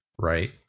right